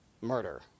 murder